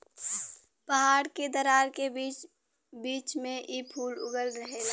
पहाड़ के दरार के बीच बीच में इ फूल उगल रहेला